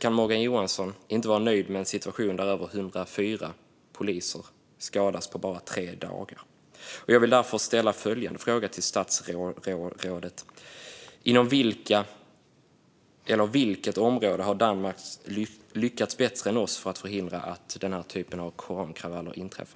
kan Morgan Johansson inte vara nöjd med en situation där minst 104 poliser skadats på bara tre dagar. Jag vill därför ställa följande fråga till statsrådet: Inom vilket område har Danmark lyckats bättre än vi för att förhindra att den här typen av korankravaller inträffar?